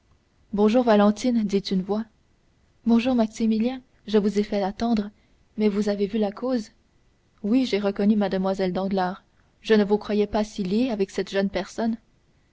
bonjour valentine dit une voix bonjour maximilien je vous ai fait attendre mais vous avez vu la cause oui j'ai reconnu mlle danglars je ne vous croyais pas si liée avec cette jeune personne